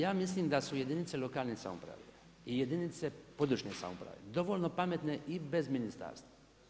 Ja mislim da su jedinice lokalne samouprave i jedinice područne samouprave dovoljno pametne i bez ministarstva.